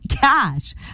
cash